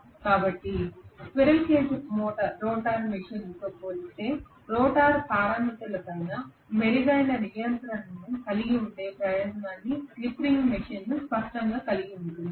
కాబట్టి squirrel cage rotor మెషీన్తో పోలిస్తే రోటర్ పారామితులపై మెరుగైన నియంత్రణను కలిగి ఉండే ప్రయోజనాన్ని స్లిప్ రింగ్ మెషీన్ స్పష్టంగా కలిగి ఉంది